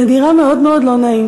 זה נראה מאוד לא נעים.